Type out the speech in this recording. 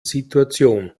situation